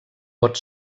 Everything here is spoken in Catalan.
pot